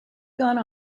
gone